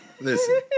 Listen